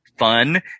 fun